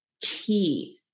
key